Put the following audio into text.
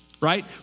Right